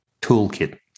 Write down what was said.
toolkit